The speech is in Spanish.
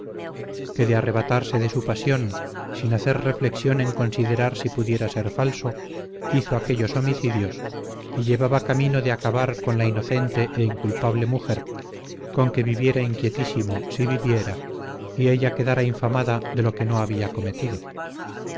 de arrebatarse de su pasión sin hacer reflexión en considerar si pudiera ser falso hizo aquellos homicidios y llevaba camino de acabar con la inocente e inculpable mujer con que viviera inquietísimo si viviera y ella quedara infamada de lo que no había cometido